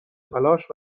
تلاش